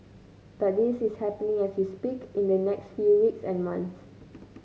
but this is happening as we speak in the next few weeks and months